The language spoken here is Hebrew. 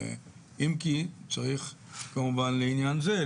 אם כי צריך כמובן לעניין זה,